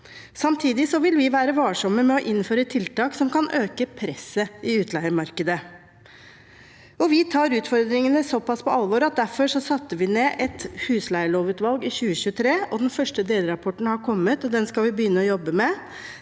Samtidig vil vi være varsomme med å innføre tiltak som kan øke presset i utleiemarkedet. Vi tar utfordringene såpass på alvor at vi satte ned et husleielovutvalg i 2023. Den første delrapporten har kommet, og den skal vi begynne å jobbe med.